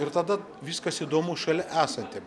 ir tada viskas įdomu šalia esantiem